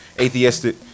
atheistic